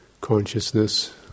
consciousness